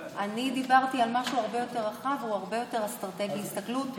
אני דיברתי על משהו הרבה יותר רחב והרבה יותר אסטרטגי הסתכלות,